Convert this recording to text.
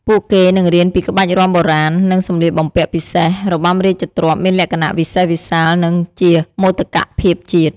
ពួកគេនឹងរៀនពីក្បាច់រាំបុរាណ និងសំលៀកបំពាក់ពិសេស របាំរាជទ្រព្យមានលក្ខណៈវិសេសវិសាល និងជាមោទកភាពជាតិ។